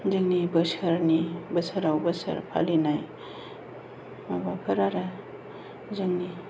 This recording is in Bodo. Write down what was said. जोंनि बोसोरनि बोसोराव बोसोर फालिनाय माबाफोर आरो जोंनि